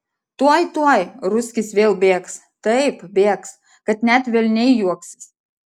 tuoj tuoj ruskis vėl bėgs taip bėgs kad net velniai juoksis